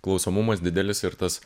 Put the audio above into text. klausomumas didelis ir tas